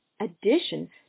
addition